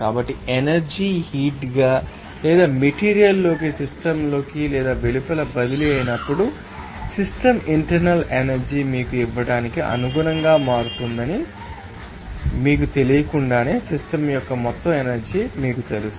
కాబట్టి energy heat గా లేదా మెటీరియల్ లోకి సిస్టమ్ లోకి లేదా వెలుపల బదిలీ అయినప్పుడు సిస్టమ్ ఇంటర్నల్ ఎనర్జీ మీకు ఇవ్వడానికి అనుగుణంగా మారుతుంది మీకు తెలియకుండానే సిస్టమ్ యొక్క మొత్తం ఎనర్జీ మీకు తెలుసు